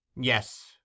Yes